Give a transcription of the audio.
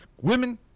Women